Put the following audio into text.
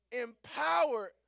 empowered